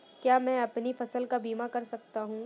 क्या मैं अपनी फसल का बीमा कर सकता हूँ?